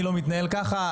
אני לא מתנהל ככה.